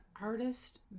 artist